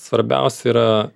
svarbiausia yra